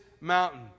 mountain